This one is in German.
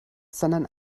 sondern